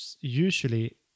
Usually